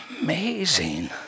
amazing